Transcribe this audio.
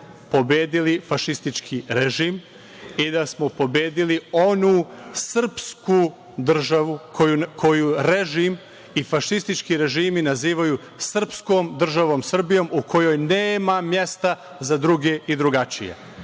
pobedili fašistički režim i da smo pobedili onu srpsku državu koju režim i fašistički režimi nazivaju srpskom državom Srbijom u kojoj nema mesta za druge i drugačije.